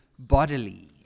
bodily